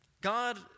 God